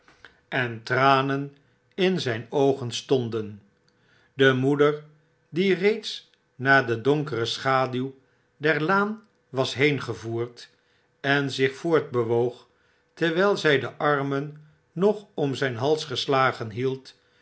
en tranen in zyn oogen stonden de moeder die reeds naar de donkereschaduw der laan was heengevoerd en zich voortbewoog terwyl zy de armen nog om zyn hals geslagen hield